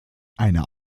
eine